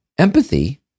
Empathy